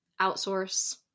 Outsource